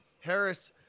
Harris